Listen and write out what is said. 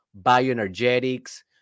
bioenergetics